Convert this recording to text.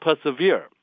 persevere